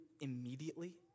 immediately